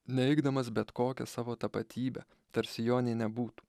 neigdamas bet kokią savo tapatybę tarsi jo nei nebūtų